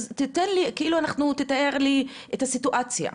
תתאר לי את הסיטואציה.